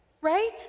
right